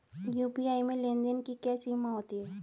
UPI में लेन देन की क्या सीमा होती है?